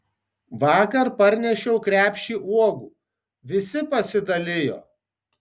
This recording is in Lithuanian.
vakar parnešiau krepšį uogų visi pasidalijo